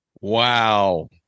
wow